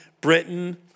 Britain